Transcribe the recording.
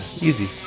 easy